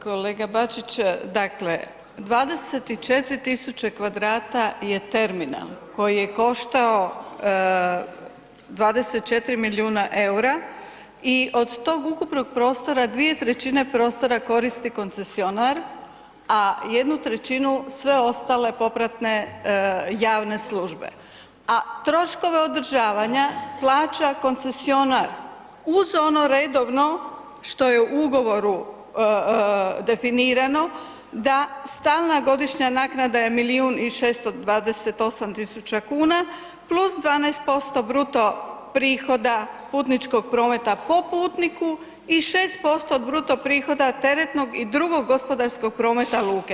Evo, kolega Bačić, dakle, 24 tisuće kvadrata je terminal koji je koštao 24 milijuna eura i od tog ukupnog prostora, dvije trećine prostora koristi koncesionar, a jednu trećinu sve ostale popratne javne službe, a troškove održavanja plaća koncesionar uz ono redovno što je u ugovoru definirano, da stalna godišnja naknada je milijun i 628 tisuća kuna + 12% bruto prihoda putničkog prometa po putniku i 6% od bruto prihoda teretnog i drugog gospodarskog prometa luke.